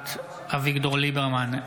נוכחת אביגדור ליברמן,